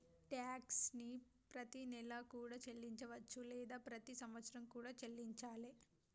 tax ని ప్రతినెలా కూడా చెల్లించవచ్చు లేదా ప్రతి సంవత్సరం కూడా చెల్లించాలే